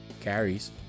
carries